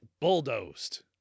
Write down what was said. bulldozed